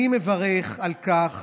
אני מברך על כך